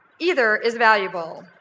either is valuable.